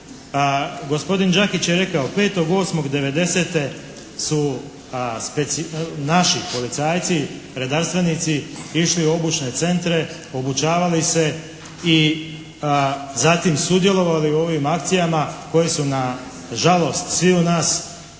gospodin Đakić je rekao 5.8.'90. su naši policajci, redarstvenici išli u obučne centre, obučavali se i zatim sudjelovali u ovim akcijama koje su na žalost sviju nas neke